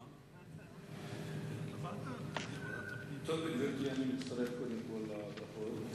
גברתי, אני מצטרף קודם כול לברכות.